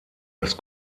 das